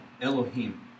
Elohim